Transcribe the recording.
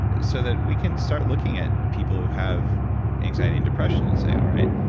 so that we can start looking at people who have anxiety and depression and say, all right,